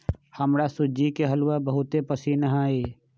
हमरा सूज्ज़ी के हलूआ बहुते पसिन्न हइ